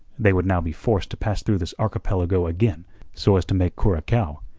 they would now be forced to pass through this archipelago again so as to make curacao,